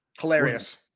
Hilarious